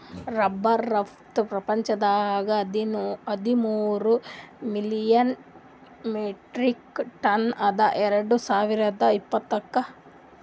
rubber ರಫ್ತು ಪ್ರಪಂಚದಾಗೆ ಹದಿಮೂರ್ ಮಿಲಿಯನ್ ಮೆಟ್ರಿಕ್ ಟನ್ ಅದ ಎರಡು ಸಾವಿರ್ದ ಇಪ್ಪತ್ತುಕ್